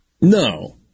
No